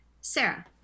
Sarah